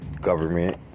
government